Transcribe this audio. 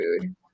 food